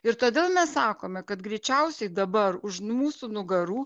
ir todėl mes sakome kad greičiausiai dabar už mūsų nugarų